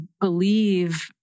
believe